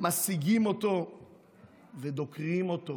משיגים אותו ודוקרים אותו